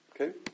Okay